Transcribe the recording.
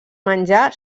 menjar